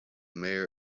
mayor